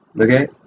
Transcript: okay